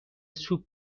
سوپ